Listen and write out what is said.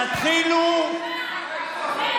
תתחילו, זה פשע.